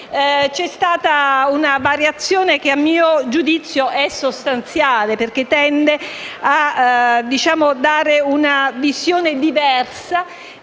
c'è stata una variazione che a mio giudizio è sostanziale, perché tende a dare una visione diversa